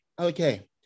okay